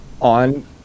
on